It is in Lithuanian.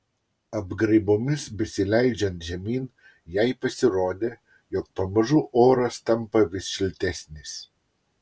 apgraibomis besileidžiant žemyn jai pasirodė jog pamažu oras tampa vis šiltesnis